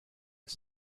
was